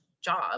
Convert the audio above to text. job